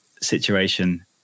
situation